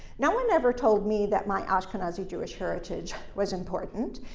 no one ever told me that my ashkenazi jewish heritage was important.